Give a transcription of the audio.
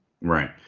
Right